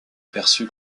perçu